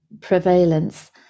prevalence